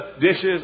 dishes